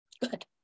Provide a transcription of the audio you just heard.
good